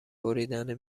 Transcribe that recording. بریدن